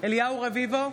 אליהו רביבו,